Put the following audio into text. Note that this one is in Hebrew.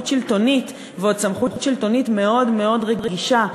שלטונית ועוד סמכות שלטונית מאוד מאוד רגישה,